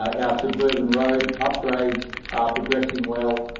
ah our suburban road upgrades are progressing well.